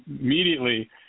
immediately